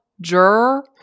juror